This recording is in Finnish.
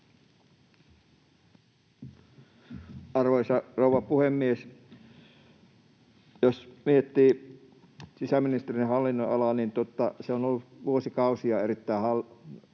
Arvoisa rouva puhemies! Jos miettii sisäministeriön hallinnonalaa, niin se on ollut vuosikausia erittäin